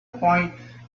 quite